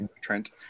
Trent